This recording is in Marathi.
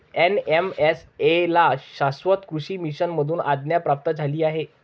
एन.एम.एस.ए ला शाश्वत कृषी मिशन मधून आज्ञा प्राप्त झाली आहे